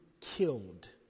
killed